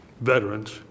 veterans